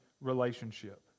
relationship